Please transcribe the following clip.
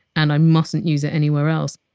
and i mustn't use it anywhere else.